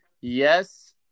Yes